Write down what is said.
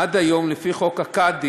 עד היום, לפי חוק הקאדים,